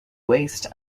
waste